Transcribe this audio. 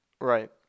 Right